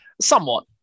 Somewhat